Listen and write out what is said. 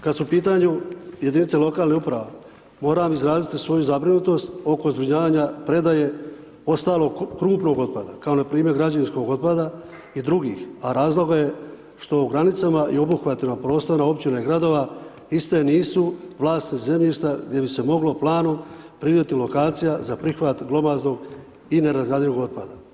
Kada su u pitanju jedinice lokalnih uprava, moram izraziti svoju zabrinutost oko zbrinjavanja predaje ostalog krupnog otpada kao npr. građevinskog otpada i drugih a razloga je što u granicama i obuhvatima ... općina i gradova iste nisu vlasnice zemljišta gdje bi se moglo planom ... lokacija za prihvat glomaznog i nerazgradivog otpada.